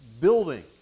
building